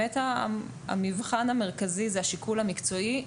המבחן המרכזי הוא השיקול המקצועי.